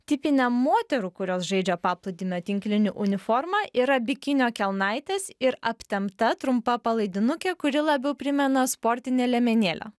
tipiniam moterų kurios žaidžia paplūdimio tinklinį uniforma yra bikinio kelnaitės ir aptempta trumpa palaidinukė kuri labiau primena sportinę liemenėlę